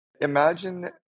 Imagine